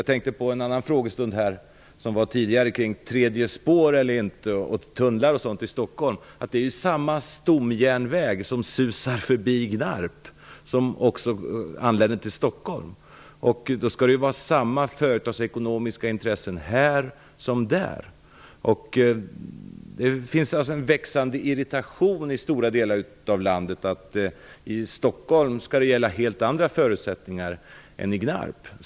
Jag tänker på en fråga som var uppe till debatt tidigare, den om ett tredje spår, tunnlar, osv. i Stockholm. Men tågen som susar förbi Gnarp på stomjärnvägen kör ju sedan in på samma stomjärnväg i Stockholm, och samma företagsekonomiska intressen skall ju gälla här som där. Det finns en växande irritation i stora delar av landet över att de förutsättningar som gäller i Stockholm är helt andra än de som gäller i Gnarp.